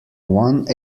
one